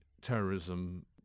terrorism